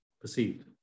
perceived